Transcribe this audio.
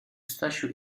stasiu